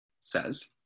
says